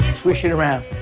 swish it around,